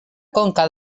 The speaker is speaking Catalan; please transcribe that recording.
conca